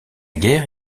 guerre